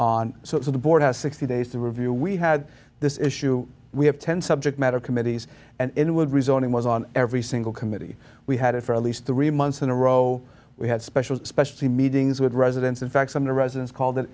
so the board has sixty days to review we had this issue we have ten subject matter committees and it would rezoning was on every single committee we had it for at least three months in a row we had special specialty meetings with residents in fact some of the residents called